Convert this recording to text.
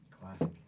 Classic